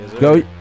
Go